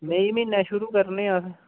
मेई म्हीने शुरू करनेआं अस